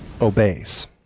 Obeys